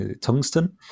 tungsten